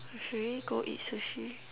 should we go eat sushi